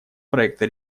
проекта